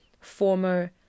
former